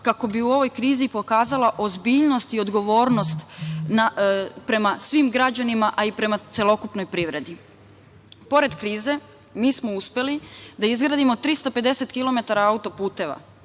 kako bi u ovoj krizi pokazala ozbiljnost i odgovornost prema svim građanima, a i prema celokupnoj privredi. Pored krize, mi smo uspeli da izgradimo 350 kilometara auto-puteva.